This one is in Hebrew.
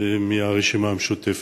ומהרשימה המשותפת: